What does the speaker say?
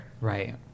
Right